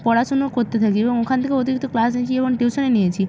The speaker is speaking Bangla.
পড়াশোনা করতে থাকি এবং ওখান থেকে অতিরিক্ত ক্লাস নিয়েছি এবং টিউশন নিয়েছি